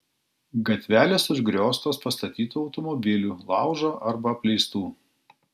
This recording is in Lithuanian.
gatvelės užgrioztos pastatytų automobilių laužo arba apleistų